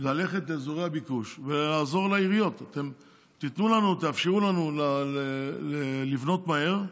ללכת לאזורי הביקוש ולעזור לעיריות: תאפשרו לנו לבנות מהר,